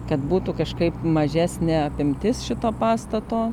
kad būtų kažkaip mažesnė apimtis šito pastato